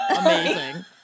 Amazing